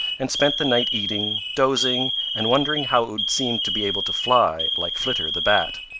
and spent the night eating, dozing and wondering how it would seem to be able to fly like flitter the bat.